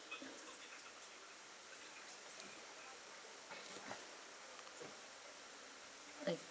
I